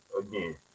again